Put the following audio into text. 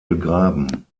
begraben